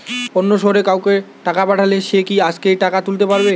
অন্য শহরের কাউকে টাকা পাঠালে সে কি আজকেই টাকা তুলতে পারবে?